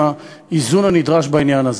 עם האיזון הנדרש בעניין הזה.